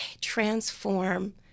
transform